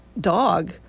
dog